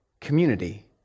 community